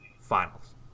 finals